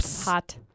hot